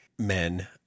men